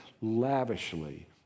lavishly